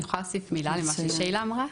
אני אשמח להוסיף מילה למה ששינה אמרה.